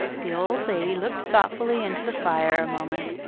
the old lady looked thoughtfully into the fire a moment,